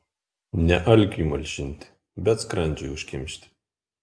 ne alkiui malšinti bet skrandžiui užkimšti